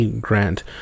grant